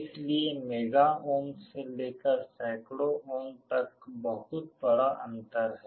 इसलिए mega ohm से लेकर सैकड़ों ओम तक बहुत बड़ा अंतर है